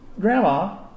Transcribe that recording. grandma